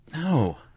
No